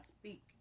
speak